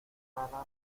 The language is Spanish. rara